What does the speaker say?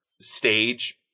stage